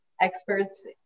experts